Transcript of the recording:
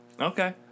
okay